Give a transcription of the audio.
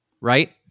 right